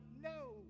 no